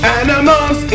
animals